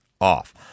off